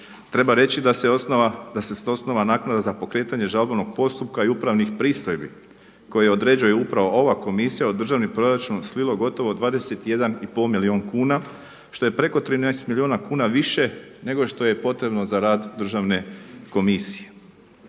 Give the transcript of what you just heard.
se osnova, da se s osnova naknada za pokretanje žalbenog postupka i upravnih pristojbi koje određuje upravo ova komisija u državni proračun slilo gotovo 21,5 milijun kuna što je preko 13 milijuna kuna više nego što je potrebno za rad državne komisije.